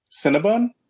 Cinnabon